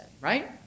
right